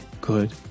good